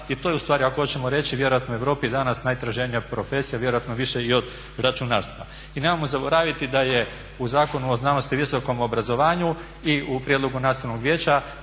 i to je ustvari ako hoćemo reći vjerojatno u Europi danas najtraženija profesija, vjerojatno više i od računarstva. I nemojmo zaboraviti da je u Zakonu o znanosti i visokom obrazovanju i u prijedlogu nacionalnog vijeća